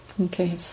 Okay